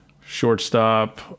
Shortstop